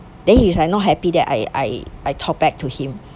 then he's like not happy that I I I talked back to him